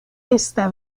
esta